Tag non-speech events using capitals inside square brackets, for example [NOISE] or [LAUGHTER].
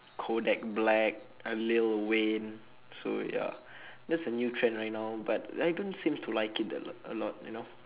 kodak-black uh lil-wayne so ya [BREATH] that's the new trend right now but I don't seem to like it that lot a lot you know